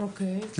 אוקיי.